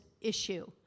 issue